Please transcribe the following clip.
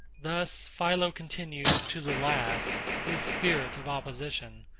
thus philo continued to the last his spirit of opposition,